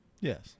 Yes